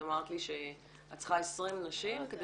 את אמרת לי שאת צריכה 20 נשים כדי